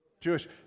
Jewish